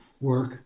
work